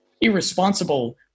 irresponsible